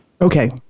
Okay